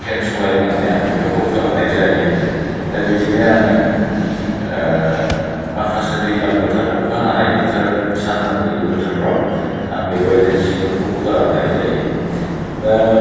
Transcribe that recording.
फेन सालायनानै आं बेफोरखौ फोराननाय जायो दा बिदिनो आङो माखासे दैज्लां बोथोर अखा हानाय बोथोर सानदुं गैयै बोथोरफोराव आं बेबायदिनो जिफोरखौ फोराननाय जायो दा